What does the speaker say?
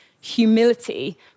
humility